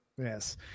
Yes